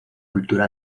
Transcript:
cultura